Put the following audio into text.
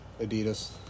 Adidas